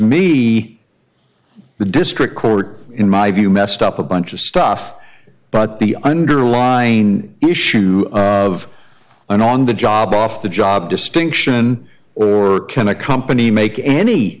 me the district court in my view messed up a bunch of stuff but the underlying issue of an on the job off the job distinction or can accompany make